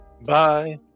Bye